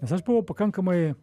nes aš buvau pakankamai